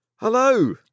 Hello